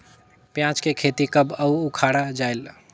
पियाज के खेती कब अउ उखाड़ा जायेल?